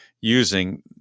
using